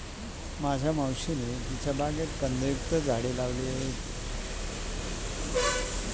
माझ्या मावशीने तिच्या बागेत कंदयुक्त फुलझाडे लावली आहेत